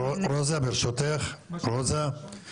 שמאשרות תוכנית מפורטת,